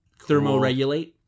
thermoregulate